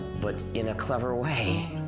but in a clever way.